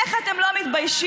איך אתם לא מתביישים?